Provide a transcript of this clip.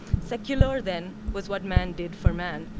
secular then, was what man did for man,